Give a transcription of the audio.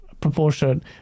proportion